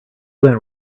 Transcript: went